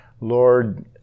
lord